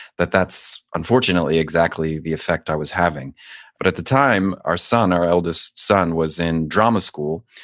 that that's unfortunately exactly the effect i was having but at the time, our son, our eldest son was in drama school.